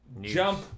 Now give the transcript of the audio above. jump